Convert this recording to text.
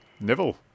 Neville